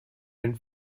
den